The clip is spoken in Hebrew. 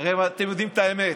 הרי אתם יודעים את האמת.